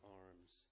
arms